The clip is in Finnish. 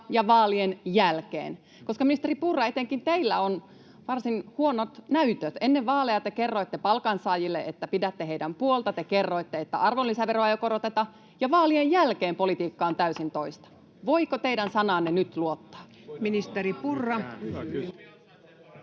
ja vaalien jälkeen. Ministeri Purra, etenkin teillä on varsin huonot näytöt: ennen vaaleja te kerroitte palkansaajille, että pidätte heidän puoltaan, ja te kerroitte, että arvonlisäveroa ei koroteta, ja vaalien jälkeen politiikka on täysin toista. Voiko teidän sanaanne nyt luottaa?